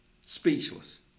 Speechless